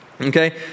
Okay